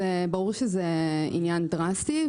ברור שזה עניין דרסטי,